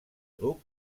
duc